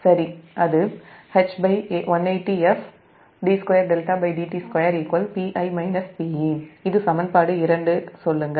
அது இது சமன்பாடு சொல்லுங்கள்